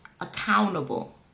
accountable